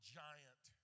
giant